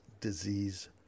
Disease